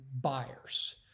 buyers